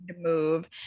move